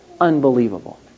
unbelievable